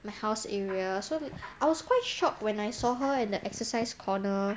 my house area so I was quite shocked when I saw her at the exercise corner